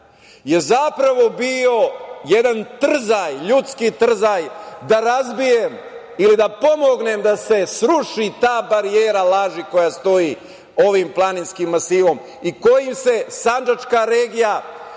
je zapravo bio jedan trzaj, ljudski trzaj, da razbijem ili da pomognem da se sruši ta barijera laži koja stoji ovim planinskim masivom i kojim se sandžačka regija